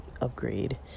upgrade